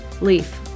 Leaf